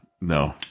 No